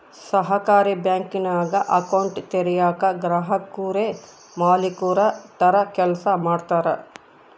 ಸಹಕಾರಿ ಬ್ಯಾಂಕಿಂಗ್ನಾಗ ಅಕೌಂಟ್ ತೆರಯೇಕ ಗ್ರಾಹಕುರೇ ಮಾಲೀಕುರ ತರ ಕೆಲ್ಸ ಮಾಡ್ತಾರ